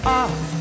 off